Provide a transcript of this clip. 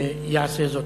יעשו זאת.